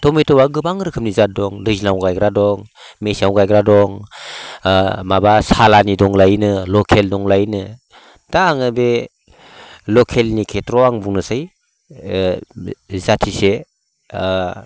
टमेट'आ गोबां रोखोमनि जात दं दैज्लाङाव गायग्रा दं मेसेङाव गायग्रा दं माबा सालानि दंलायोनो लकेल दंलायोनो दा आङो बे लकेलनि खेत्र'आव आं बुंनोसै जाथिसे